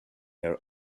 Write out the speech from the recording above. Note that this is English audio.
her